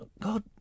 God